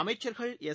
அமைச்சர்கள் எஸ்